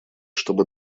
чтобы